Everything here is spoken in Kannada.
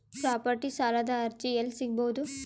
ಪ್ರಾಪರ್ಟಿ ಸಾಲದ ಅರ್ಜಿ ಎಲ್ಲಿ ಸಿಗಬಹುದು?